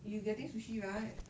you getting sushi right